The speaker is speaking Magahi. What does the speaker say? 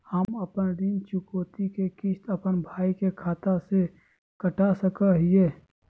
हम अपन ऋण चुकौती के किस्त, अपन भाई के खाता से कटा सकई हियई?